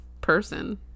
person